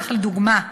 כך, לדוגמה,